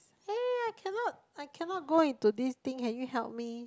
hey I cannot I cannot go into this thing can you help me